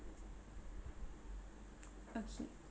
okay